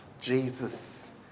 Jesus